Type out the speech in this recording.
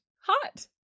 hot